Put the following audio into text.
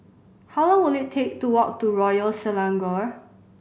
how long will it take to walk to Royal Selangor